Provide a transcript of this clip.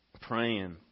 praying